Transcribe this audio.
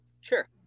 Sure